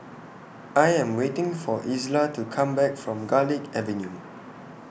I Am waiting For Isla to Come Back from Garlick Avenue